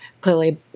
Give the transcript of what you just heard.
clearly